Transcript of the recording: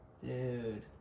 Dude